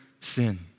sin